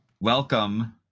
Welcome